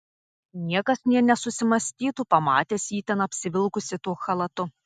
niekas nė nesusimąstytų pamatęs jį ten apsivilkusį tuo chalatu